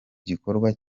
gikorwa